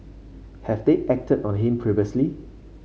have they acted on him previously